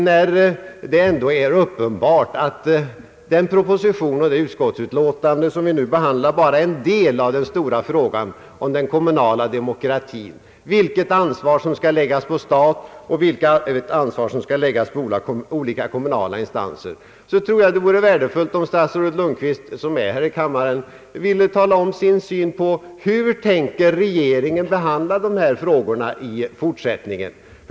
När det ändå är uppenbart att den proposition och det utskottsutlåtande vi nu behandlar endast berör en del av den stora frågan om den kommunala demokratin, vilket ansvar som skall läggas på staten och på olika kommunala instanser, tror jag att det vore värdefullt om statsrådet Lundkvist, som är här i kammaren, ville redogöra för sin syn på hur regeringen tänker behandla dessa frågor i fortsättningen.